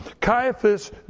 Caiaphas